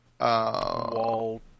Wall